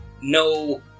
no